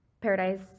Paradise